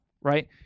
right